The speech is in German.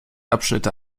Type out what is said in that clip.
abschnitte